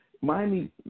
Miami